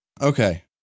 Okay